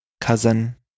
cousin